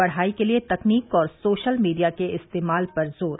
पढ़ाई के लिए तकनीक और सोशल मीडिया के इस्तेमाल पर जोर